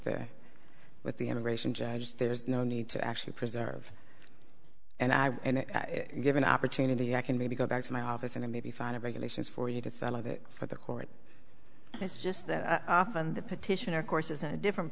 their with the immigration judge there is no need to actually preserve and i give an opportunity i can maybe go back to my office and maybe find a regulations for you to sell it for the court it's just that on the petition or course is a different